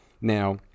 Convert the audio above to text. Now